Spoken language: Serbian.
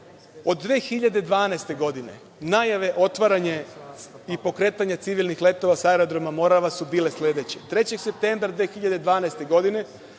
2012. godine najave, otvaranje i pokretanje civilnih letova sa Aerodroma „Morava“ su bile sledeće – 3. septembar 2012. godine